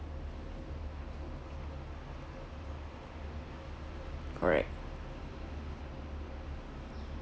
correct